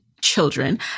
children